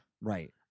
Right